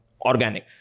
organic